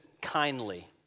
kindly